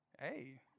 Hey